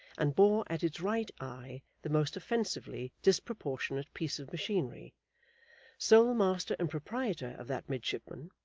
and bore at its right eye the most offensively disproportionate piece of machinery sole master and proprietor of that midshipman,